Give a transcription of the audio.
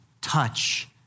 Touch